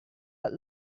but